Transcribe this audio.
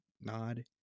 nod